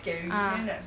ah